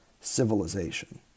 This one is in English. civilization